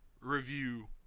review